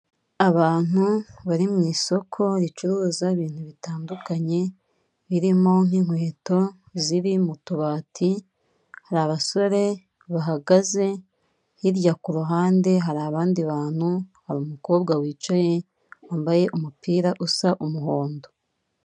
Abantu bari mu isoko ricuruza ibintu bitandukanye birimo nk'inkweto ziri mu tubati, hari abasore bahagaze, hirya ku ruhande hari abandi bantu, hari umukobwa wicaye wambaye umupira usa umuhondo.